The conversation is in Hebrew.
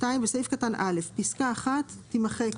בסעיף קטן (א) פסקה (1) תימחק,